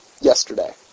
yesterday